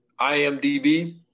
IMDb